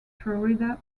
florida